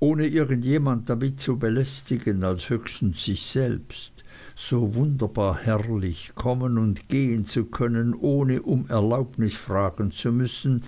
ohne irgend jemand damit zu belästigen als höchstens sich selbst so wunderbar herrlich kommen und gehen zu können ohne um erlaubnis fragen zu müssen